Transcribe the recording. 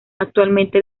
actualmente